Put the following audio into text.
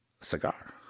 cigar